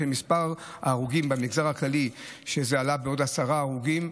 מספר ההרוגים במגזר הכללי עלה בעשרה הרוגים,